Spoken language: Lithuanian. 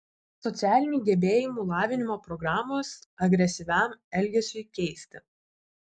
socialinių gebėjimų lavinimo programos agresyviam elgesiui keisti